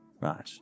right